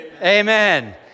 Amen